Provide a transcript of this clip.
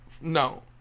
No